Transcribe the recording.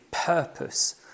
purpose